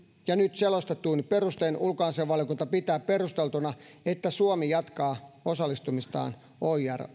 ja nyt selostetuin perustein ulkoasiainvaliokunta pitää perusteltuna että suomi jatkaa osallistumistaan oir